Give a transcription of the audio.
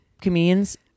comedians